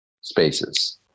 spaces